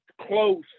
close